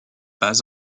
pas